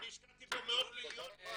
אני השקעתי מאות מיליונים.